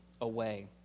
away